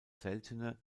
seltene